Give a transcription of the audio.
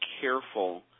careful